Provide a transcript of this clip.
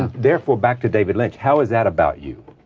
therefore, back to david lynch. how is that about you?